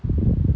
mmhmm